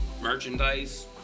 Merchandise